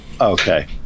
Okay